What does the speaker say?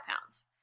pounds